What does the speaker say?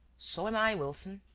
so am i, wilson.